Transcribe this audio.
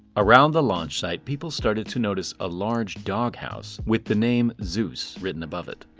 around the launch site, people started to notice a large doghouse with the name zeus written above it.